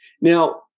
Now